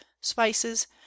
spices